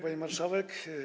Pani Marszałek!